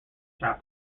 chapel